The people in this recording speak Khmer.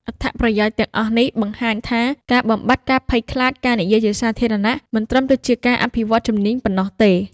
អត្ថប្រយោជន៍ទាំងអស់នេះបង្ហាញថា ការបំបាត់ការភ័យខ្លាចការនិយាយជាសាធារណៈ មិនត្រឹមតែជាការអភិវឌ្ឍជំនាញប៉ុណ្ណោះទេ។